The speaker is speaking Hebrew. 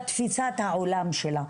בתפיסת העולם שלה,